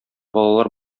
балалар